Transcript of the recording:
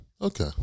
Okay